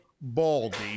Baldy